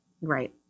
Right